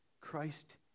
Christ